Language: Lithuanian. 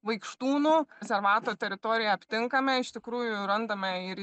vaikštūnų rezervato teritorijoj aptinkame iš tikrųjų randame ir